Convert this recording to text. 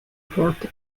fourty